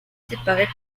séparée